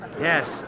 Yes